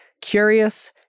curious